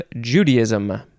Judaism